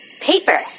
Paper